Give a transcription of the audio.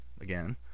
again